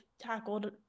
tackled